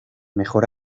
mejor